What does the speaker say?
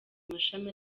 amashami